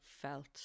felt